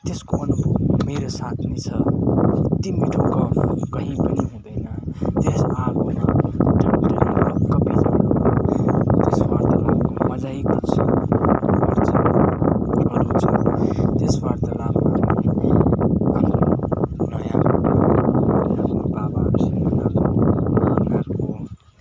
त्यसको अनुभव मेरो साथमै छ यति मिठो गफ कहीँ पनि हुँदैन त्यसमा